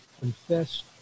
confessed